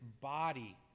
body